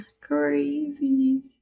Crazy